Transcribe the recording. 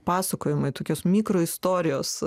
pasakojimai tokios mikroistorijos